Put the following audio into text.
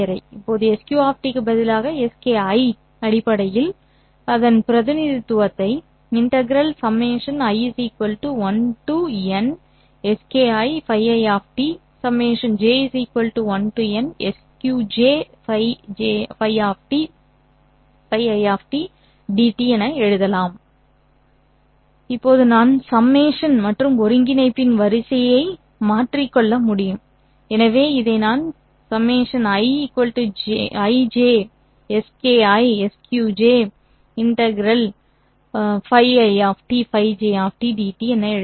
இப்போது SQ க்கு பதிலாக Ski அடிப்படையில் அதன் பிரதிநிதித்துவத்தை எழுதலாம் இப்போது நான் ∑ மற்றும் ஒருங்கிணைப்பின் வரிசையை பரிமாறிக்கொள்ள முடியும் எனவே இதை நான் எழுதலாம்